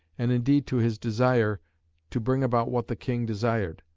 and, indeed, to his desire to bring about what the king desired,